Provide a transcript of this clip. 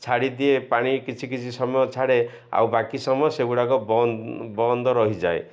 ଛାଡ଼ିଦିଏ ପାଣି କିଛି କିଛି ସମୟ ଛାଡ଼େ ଆଉ ବାକି ସମୟ ସେଗୁଡ଼ାକ ବନ୍ଦ ବନ୍ଦ ରହିଯାଏ